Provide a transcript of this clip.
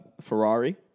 Ferrari